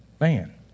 man